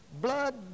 Blood